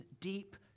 deep